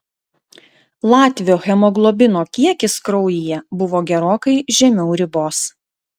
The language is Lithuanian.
latvio hemoglobino kiekis kraujyje buvo gerokai žemiau ribos